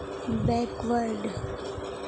backward